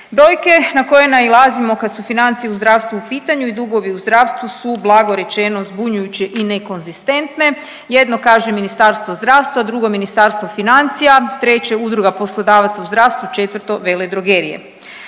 Brojke na koje nailazimo kad su financije u zdravstvu u pitanju i dugovi u zdravstvu su blago rečeno zbunjujuće i nekonzistentne, jedno kaže Ministarstvo zdravstva, drugo Ministarstvo financija, treće Udruga poslodavaca u zdravstvu, četvrto veledrogerije.